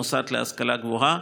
מוסד להשכלה גבוהה,